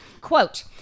quote